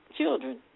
children